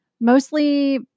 mostly